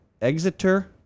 Exeter